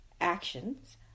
Actions